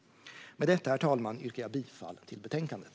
Med detta, herr talman, yrkar jag bifall till förslaget i betänkandet.